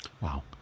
Wow